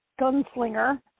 gunslinger